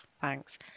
Thanks